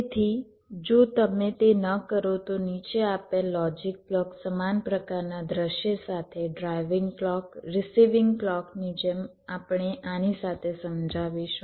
તેથી જો તમે તે ન કરો તો નીચે આપેલ લોજિક બ્લોક સમાન પ્રકારનાં દૃશ્ય સાથે ડ્રાઇવિંગ ક્લૉક રિસીવીંગ ક્લૉકની જેમ આપણે આની સાથે સમજાવીશું